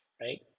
Right